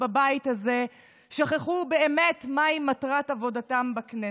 בבית הזה שכחו באמת מהי מטרת עבודתם בכנסת.